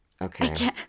Okay